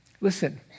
listen